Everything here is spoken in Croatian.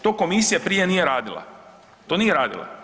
To komisija prije nije radila, to nije radila.